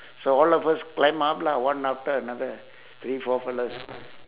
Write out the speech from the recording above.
so all of us climb up lah one after another three four fellows